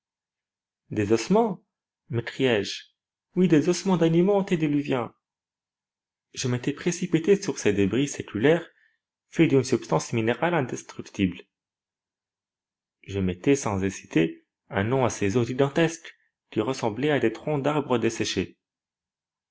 des ossements m'écriai-je oui des ossements d'animaux antédiluviens je m'étais précipité sur ces débris séculaires faits d'une substance minérale indestructible je mettais sans hésiter un nom à ces os gigantesques qui ressemblaient à des troncs d'arbres desséchés